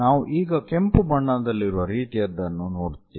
ನಾವು ಈಗ ಕೆಂಪು ಬಣ್ಣದಲ್ಲಿರುವ ರೀತಿಯದ್ದನ್ನು ನೋಡುತ್ತೇವೆ